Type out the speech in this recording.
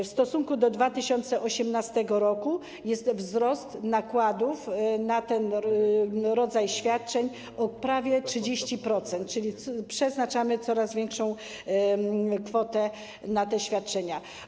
W stosunku do 2018 r. jest wzrost nakładów na ten rodzaj świadczeń o prawie 30%, czyli przeznaczamy coraz większą kwotę na te świadczenia.